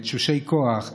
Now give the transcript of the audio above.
תשושי כוח,